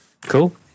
Cool